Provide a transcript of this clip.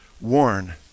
warn